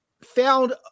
found